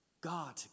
God